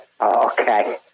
Okay